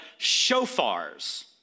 shofars